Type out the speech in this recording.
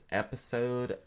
episode